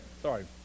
Sorry